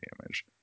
damage